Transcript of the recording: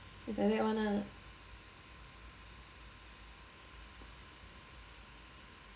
it's like that [one] ah